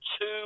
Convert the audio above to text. two